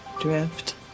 drift